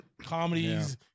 comedies